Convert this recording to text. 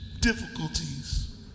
difficulties